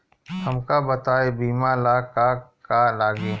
हमका बताई बीमा ला का का लागी?